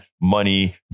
money